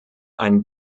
ein